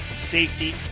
safety